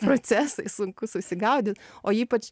procesai sunku susigaudyt o ypač